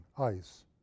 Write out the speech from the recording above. ice